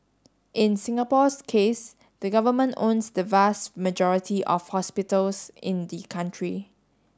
in Singapore's case the government owns the vast majority of hospitals in the country